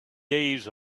days